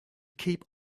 keep